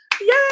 Yay